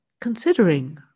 considering